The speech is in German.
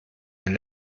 den